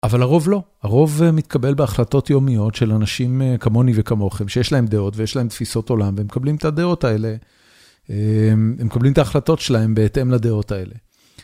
אבל הרוב לא, הרוב מתקבל בהחלטות יומיות של אנשים כמוני וכמוכם, שיש להם דעות ויש להם תפיסות עולם, והם מקבלים את הדעות האלה, הם מקבלים את ההחלטות שלהם בהתאם לדעות האלה.